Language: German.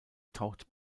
taucht